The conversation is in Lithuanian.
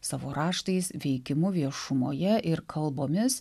savo raštais veikimu viešumoje ir kalbomis